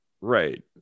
Right